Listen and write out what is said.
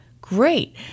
great